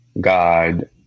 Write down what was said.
God